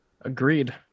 agreed